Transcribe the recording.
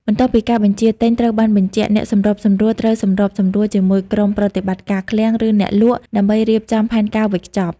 បន្ទាប់ពីការបញ្ជាទិញត្រូវបានបញ្ជាក់ អ្នកសម្របសម្រួលត្រូវសម្របសម្រួលជាមួយក្រុមប្រតិបត្តិការឃ្លាំង ឬអ្នកលក់ ដើម្បីរៀបចំផែនការវេចខ្ចប់។